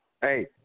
Hey